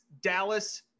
Dallas